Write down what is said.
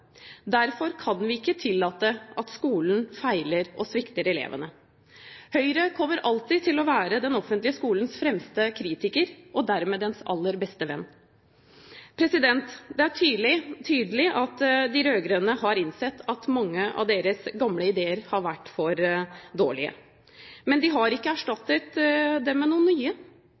Derfor kan vi ikke tillate at skolen feiler og svikter elevene. Høyre kommer alltid til å være den offentlige skolens fremste kritiker, og dermed dens aller beste venn. Det er tydelig at de rød-grønne har innsett at mange av deres gamle ideer har vært for dårlige. Men de har ikke erstattet dem med noen nye.